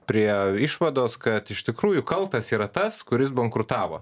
prie išvados kad iš tikrųjų kaltas yra tas kuris bankrutavo